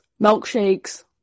milkshakes